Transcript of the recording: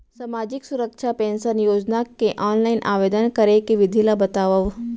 सामाजिक सुरक्षा पेंशन योजना के ऑनलाइन आवेदन करे के विधि ला बतावव